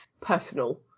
personal